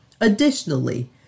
Additionally